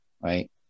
Right